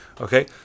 Okay